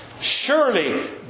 Surely